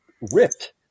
ripped